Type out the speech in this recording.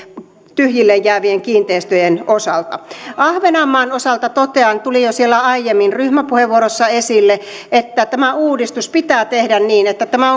tyhjilleen jäävien kiinteistöjen osalta ahvenanmaan osalta totean tuli jo siellä aiemmin ryhmäpuheenvuorossa esille että tämä uudistus pitää tehdä niin että tämä